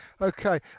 Okay